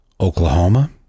Oklahoma